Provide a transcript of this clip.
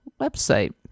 website